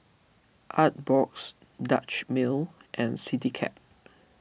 Artbox Dutch Mill and CityCab